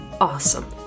awesome